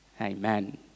Amen